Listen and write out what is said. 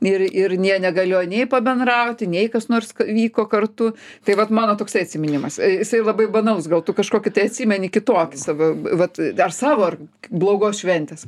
ir ir jie negalėjo nei pabendrauti nei kas nors vyko kartu tai vat mano toksai atsiminimas jisai labai banalus gal tu kažkokį tai atsimeni kitokį savo vat ar savo ar blogos šventės